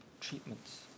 treatments